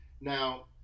Now